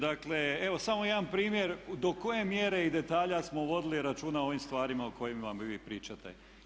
Dakle evo samo jedan primjer do koje mjere i detalja smo vodili računa o ovim stvarima o kojima mi vi pričati.